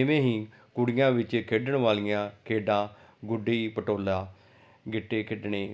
ਇਵੇਂ ਹੀ ਕੁੜੀਆਂ ਵਿੱਚ ਖੇਡਣ ਵਾਲੀਆਂ ਖੇਡਾਂ ਗੁੱਡੀ ਪਟੋਲਾ ਗਿੱਟੇ ਖੇਡਣੇ